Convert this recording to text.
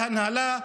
להנהלה,